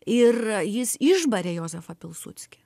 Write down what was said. ir jis išbarė jozefą pilsudskį